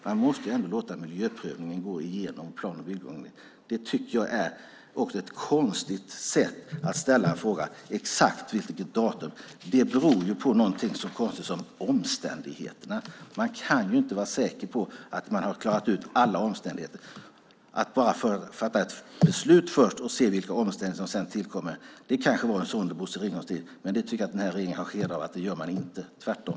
Man måste låta miljöprövningen gå igenom plan och bygglagen. Det är konstigt att fråga exakt vilket datum. Sådant beror på något så konstigt som omständigheterna. Man kan inte vara säker på att man har klarat ut alla omständigheter. Att först fatta ett beslut och sedan se vilka omständigheter som tillkommer kanske var kutym under Bosse Ringholms tid. Men så gör inte den här regeringen. Den gör tvärtom.